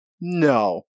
no